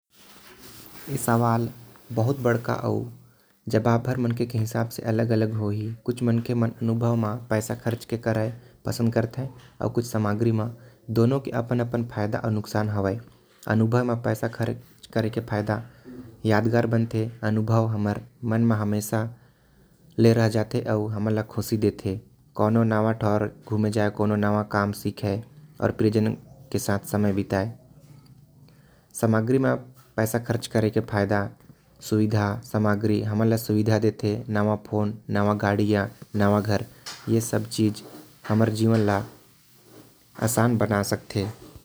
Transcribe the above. अनुभव म पैसा खर्च करे से ओ यादगार हो जाथे। अउ हमन ल खुशी भी देथे। सामग्री म पैसा खर्च करे के ए फायदा हवे। की ओ हमन ल सुख सुविधा देथे। नवा फ़ोन कार अउ घर हमे खुशी देथे।